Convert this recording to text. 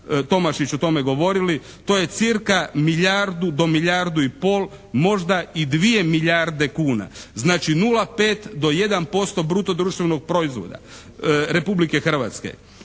Tomašić o tome govorila, to je cca milijardu do milijardu i pol, možda i dvije milijarde kuna. Znači 0,5 do 1% bruto društvenog proizvoda Republike Hrvatske.